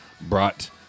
brought